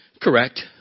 Correct